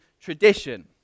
tradition